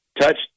touched